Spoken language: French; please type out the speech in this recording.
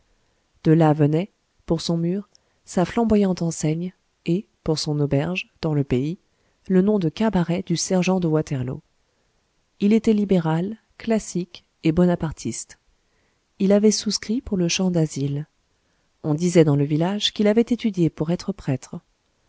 de là venait pour son mur sa flamboyante enseigne et pour son auberge dans le pays le nom de cabaret du sergent de waterloo il était libéral classique et bonapartiste il avait souscrit pour le champ d'asile on disait dans le village qu'il avait étudié pour être prêtre